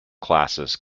classes